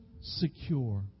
secure